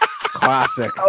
Classic